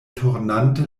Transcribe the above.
turnante